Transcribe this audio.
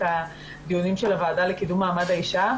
הדיונים של הוועדה לקידום מעמד האישה.